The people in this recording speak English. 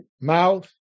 Mouth